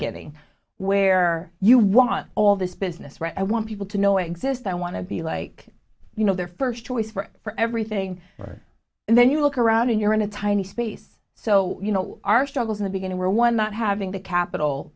beginning where you want all this business right i want people to know exist i want to be like you know their first choice for for everything right and then you look around and you're in a tiny space so you know our struggles in the beginning were one not having the capital